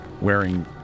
wearing